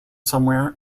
somewhere